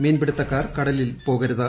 മീൻപിടുത്തക്കാർ കടലിൽ പോകരുത്